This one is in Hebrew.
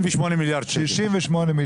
68 מיליארד שקלים.